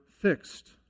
fixed